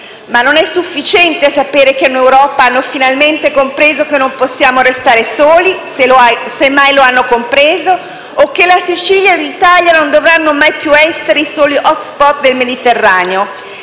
non è sufficiente sapere che in Europa hanno finalmente compreso che non possiamo restare soli - semmai lo hanno compreso - o che la Sicilia e l'Italia non dovranno mai più essere i soli *hotspot* del Mediterraneo.